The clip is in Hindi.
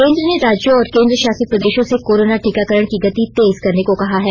केन्द्र ने राज्यों और केन्द्र शासित प्रदेशों से कोरोना टीकाकरण की गति तेज करने को कहा है